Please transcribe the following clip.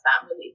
family